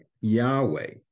Yahweh